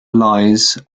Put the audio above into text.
lies